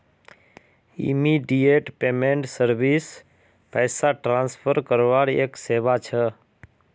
immediate payment service पैसा transfer करवार एक सेवा छ